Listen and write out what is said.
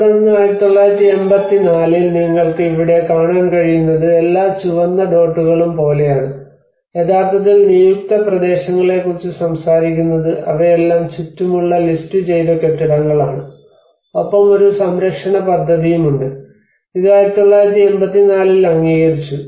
തുടർന്ന് 1984 ൽ നിങ്ങൾക്ക് ഇവിടെ കാണാൻ കഴിയുന്നത് എല്ലാ ചുവന്ന ഡോട്ടുകളും പോലെയാണ് യഥാർത്ഥത്തിൽ നിയുക്ത പ്രദേശങ്ങളെക്കുറിച്ച് സംസാരിക്കുന്നത് അവയെല്ലാം ചുറ്റുമുള്ള ലിസ്റ്റുചെയ്ത കെട്ടിടങ്ങളാണ് ഒപ്പം ഒരു സംരക്ഷണ പദ്ധതിയും ഉണ്ട് ഇത് 1984 ൽ അംഗീകരിച്ചു